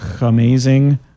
amazing